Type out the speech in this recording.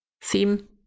theme